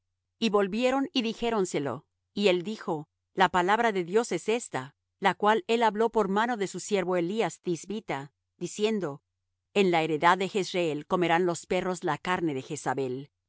y volvieron y dijéronselo y él dijo la palabra de dios es ésta la cual él habló por mano de su siervo elías thisbita diciendo en la heredad de jezreel comerán los perros las carnes de jezabel